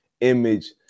image